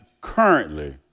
currently